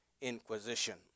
Inquisition